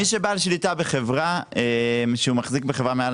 מי שבעל שליטה בחברה שהוא מחזיק בחברה מעל